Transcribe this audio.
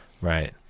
right